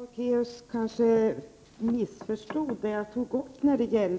Herr talman! Kanske missförstod Sigrid Bolkéus mig när jag tog upp frågan